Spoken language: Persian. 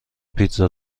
پیتزا